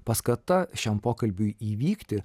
paskata šiam pokalbiui įvykti